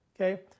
okay